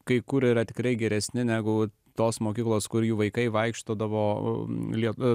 kai kur yra tikrai geresni negu tos mokyklos kur jų vaikai vaikšiodavo lieka